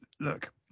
look